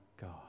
God